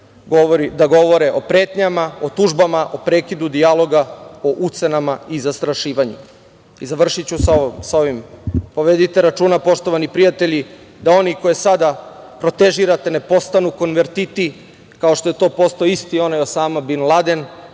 da govore o pretnjama, o tužbama, o prekidu dijaloga, o ucenama i zastrašivanju. I završiću sa ovim. Povedite računa poštovani prijatelji da oni koje sada protežirate, ne postanu konvertiti, kao što to postoji onaj isti Osama Bin Laden,